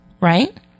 right